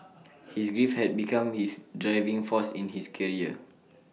his grief had become his driving force in his career